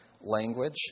language